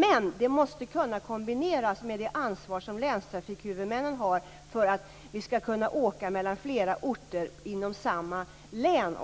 Men detta måste kunna kombineras med det ansvar som länstrafikhuvudmännen har för att vi skall kunna åka mellan flera orter inom samma län.